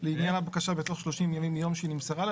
לעניין הבקשה בתוך 30 ימים מיום שנמסרה לה.